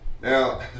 Now